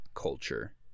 Culture